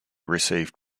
received